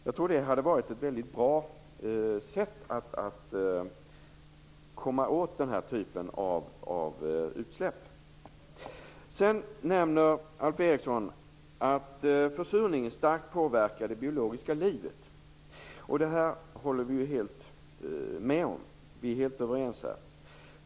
Jag tror att det hade varit ett väldigt bra sätt att komma åt denna typ av utsläpp. Alf Eriksson nämner att försurningen starkt påverkar det biologiska livet, och det håller vi ju helt med om. Vi är helt överens här.